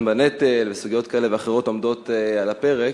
בנטל וסוגיות כאלה ואחרות עומדות על הפרק,